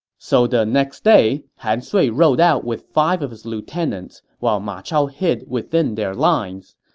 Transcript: so the next day, han sui rode out with five of his lieutenants while ma chao hid within their lines.